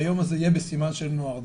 שהיום הזה יהיה בסימן של נוער,